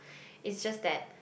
it's just that